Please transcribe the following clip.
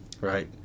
right